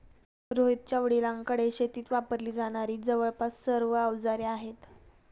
रोहितच्या वडिलांकडे शेतीत वापरली जाणारी जवळपास सर्व अवजारे आहेत